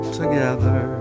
together